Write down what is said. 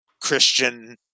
Christian